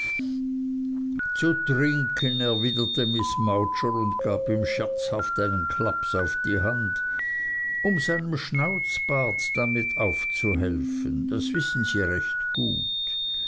zu trinken erwiderte miß mowcher und gab ihm scherzhaft einen klaps auf die hand um seinem schnauzbart damit aufzuhelfen das wissen sie recht gut